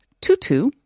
Tutu